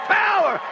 power